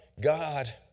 God